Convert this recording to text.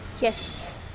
Yes